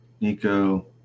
Nico